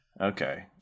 Okay